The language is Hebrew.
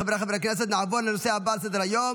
חבריי חברי הכנסת, נעבור לנושא הבא על סדר-היום,